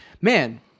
man